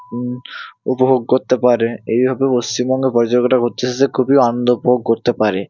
উপভোগ করতে পারে এইভাবে পশ্চিমবঙ্গে পর্যটকরা ঘুরতে এসে খুবই আনন্দ উপভোগ করতে পারে